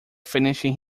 finishing